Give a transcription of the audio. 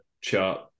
chart